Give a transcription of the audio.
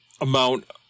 amount